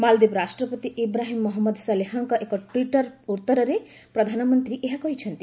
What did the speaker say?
ମାଳଦ୍ୱୀପ ରାଷ୍ଟ୍ରପତି ଇବ୍ରାହିମ୍ ମହମ୍ମଦ ସଲିହାଙ୍କ ଏକ ଟ୍ୱିଟ୍ର ଉତ୍ତରରେ ପ୍ରଧାନମନ୍ତ୍ରୀ ଏହା କହିଛନ୍ତି